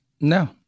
No